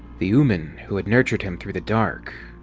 the ooman who had nurtured him through the dark,